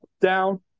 down